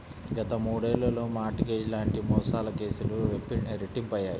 గత మూడేళ్లలో mortgage లాంటి మోసాల కేసులు రెట్టింపయ్యాయి